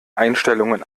einstellungen